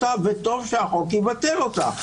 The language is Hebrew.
וטוב שהחוק יקבל אותה.